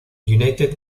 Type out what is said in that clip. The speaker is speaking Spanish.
united